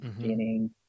beginning